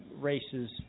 races